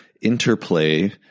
interplay